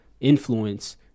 influence